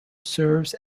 serves